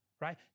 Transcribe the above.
right